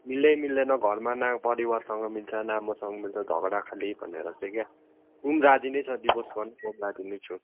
मिल्दै मिल्दैन घरमा न परिवारसँग मिल्छ न मसँग मिल्छ झगडा खालि भनेर चाहिँ क्या ऊ पनि राजी नै छ डिभोर्स गर्नु म पनि राजी नै छु